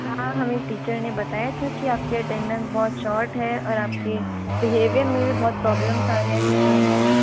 हाँ हमें टीचर ने बताया था कि आपकी अटेंडेंस बहुत शॉर्ट है और आपके बिहेवियर में भी बहुत प्रॉब्लम्स आ रहे हैं टीचर को